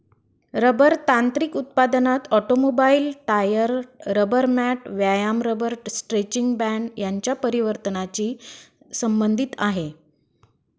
rubber तांत्रिक उत्पादनात automobile, tyre, rubber mat, व्यायाम रबर स्ट्रेचिंग बँड यांच्या परिवर्तनाची संबंधित आहे